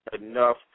enough